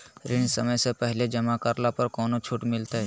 ऋण समय से पहले जमा करला पर कौनो छुट मिलतैय?